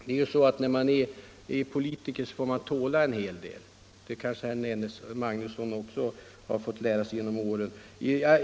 Det är ju så att när man är politiker får man tåla en hel del — det kanske herr Magnusson också har fått lära sig genom åren.